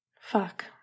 Fuck